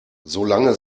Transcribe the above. solange